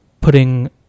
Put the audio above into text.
putting